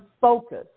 focus